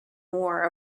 more